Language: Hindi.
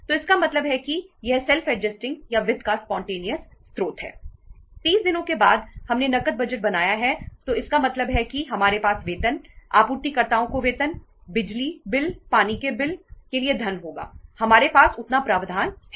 30 दिनों के बाद हमने नकद बजट बनाया है तो इसका मतलब है कि हमारे पास वेतन आपूर्तिकर्ताओं को वेतन बिजली बिल पानी के बिल के लिए धन होगा हमारे पास उतना प्रावधान हैं